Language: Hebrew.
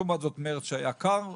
לעומת זאת, מרץ שהיה קר מאוד.